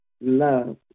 Love